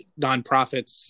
nonprofits